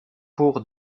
pour